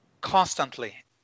constantly